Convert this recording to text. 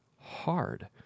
hard